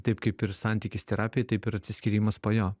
taip kaip ir santykis terapijoj taip ir atsiskyrimas po jo